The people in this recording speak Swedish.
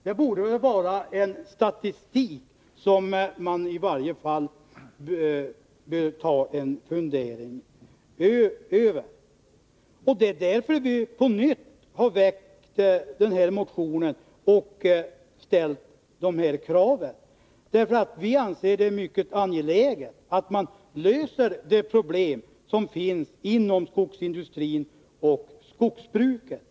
Detta är väl en statistik som man i varje fall bör ta sig en funderare över. Det är därför som vi på nytt har väckt den här motionen och ställt dessa krav. Vi anser det vara mycket angeläget att lösa de problem som finns inom skogsindustrin och skogsbruket.